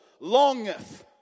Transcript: longeth